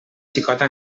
xicota